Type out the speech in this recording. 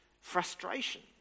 frustration